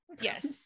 Yes